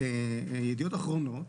ידיעות אחרונות,